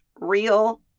real